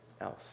else